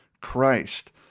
Christ